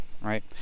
right